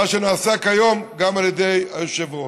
מה שנעשה כיום גם על ידי היושב-ראש.